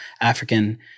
African